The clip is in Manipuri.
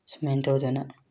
ꯁꯨꯃꯥꯏꯅ ꯇꯧꯗꯅ